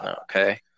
Okay